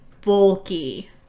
bulky